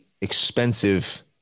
expensive